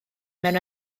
mewn